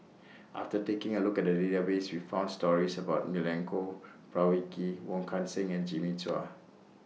after taking A Look At The Database We found stories about Milenko Prvacki Wong Kan Seng and Jimmy Chua